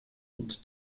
und